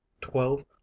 twelve